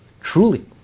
Truly